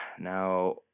now